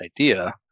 idea